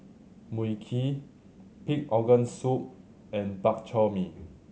Mui Kee Pig's Organ Soup and Bak Chor Mee